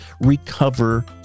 recover